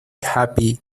happy